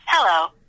Hello